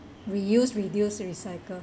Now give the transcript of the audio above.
reuse reduce recycle